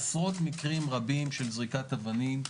עשרות מקרים של זריקת אבנים.